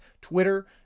Twitter